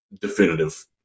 definitive